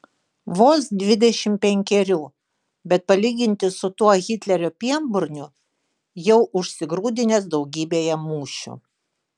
vos dvidešimt penkerių bet palyginti su tuo hitlerio pienburniu jau užsigrūdinęs daugybėje mūšių